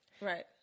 Right